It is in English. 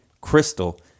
Crystal